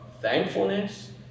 thankfulness